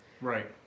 Right